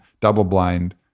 double-blind